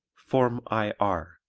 form i r.